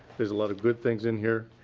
there's a lot of good things in here,